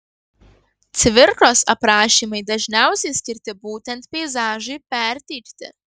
cvirkos aprašymai dažniausiai skirti būtent peizažui perteikti